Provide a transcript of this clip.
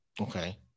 Okay